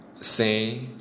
say